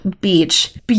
beach